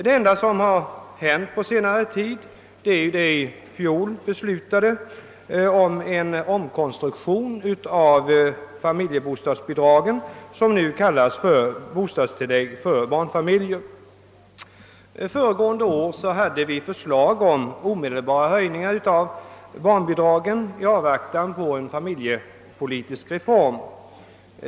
Det enda som har hänt på senare tid är den i fjol beslutade omkonstruktionen av familjebostadsbidragen, som nu kallas för bostadstillägg till barnfamiljer. Föregående år framlade vi förslag om omedelbara höjningar av barnbidragen i avvaktan på en familjepolitisk reform.